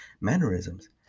mannerisms